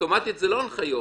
אוטומטית זה לא הנחיות.